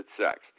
sex